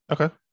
okay